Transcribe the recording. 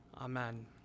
amen